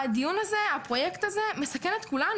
הדיון הזה, הפרויקט הזה מסכן את כולנו.